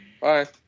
Bye